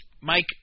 Mike